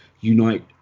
Unite